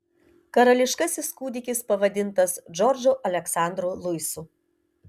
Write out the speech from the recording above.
karališkasis kūdikis pavadintas džordžu aleksandru luisu